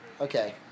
Okay